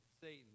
Satan